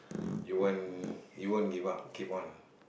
you won't you won't give up keep on